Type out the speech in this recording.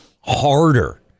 harder